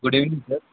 good evening sir